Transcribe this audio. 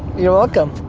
you're welcome.